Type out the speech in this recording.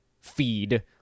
feed